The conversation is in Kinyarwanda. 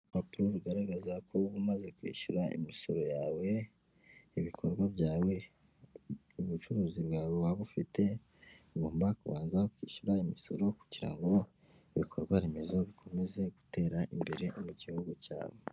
Urupapuro rugaragaza ko umaze kwishyura imisoro yawe ibikorwa byawe ubucuruzi bwawe waba ufite ugomba kubanza kwishyura imisoro kugira ngo ibikorwaremezo bikomeze gutera imbere mu gihugu cyawe.